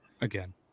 Again